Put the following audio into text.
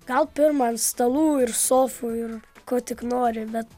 gal pirma ant stalų ir sofų ir ko tik nori bet